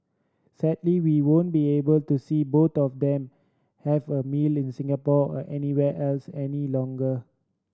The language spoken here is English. sadly we won't be able to see both of them have a meal in Singapore or anywhere else any longer